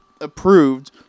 approved